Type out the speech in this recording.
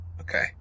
Okay